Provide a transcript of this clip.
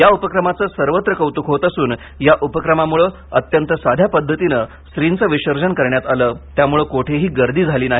या उपक्रमाचे सर्वत्र कौतूक होत असून या उपक्रमामुळे अत्यंत साध्या पद्धतीने श्रीचे विसर्जन करण्यात आले त्यामुळे कोठेही गर्दी झाली नाही